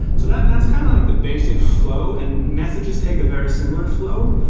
so that's that's kind of like the basic flow, and messages take a very similar flow.